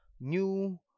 new